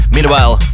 Meanwhile